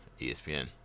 ESPN